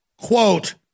quote